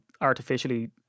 artificially